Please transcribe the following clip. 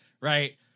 right